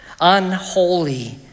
unholy